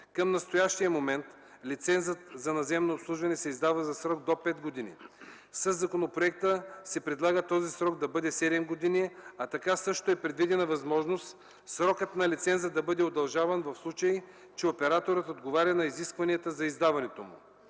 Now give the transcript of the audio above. Към настоящия момент лицензът за наземно обслужване се издава за срок до 5 години. Със законопроекта се предлага този срок да бъде 7 години, а така също е предвидена възможност срокът на лиценза да бъде удължаван в случай, че операторът отговаря на изискванията за издаването му.